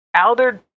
Alder